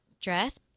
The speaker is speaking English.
dress